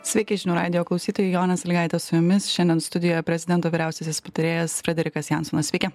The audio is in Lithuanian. sveiki žinių radijo klausytojai jonė sąlygaitė su jumis šiandien studijoje prezidento vyriausiasis patarėjas frederikas jansonas sveiki